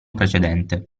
precedente